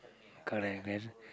correct then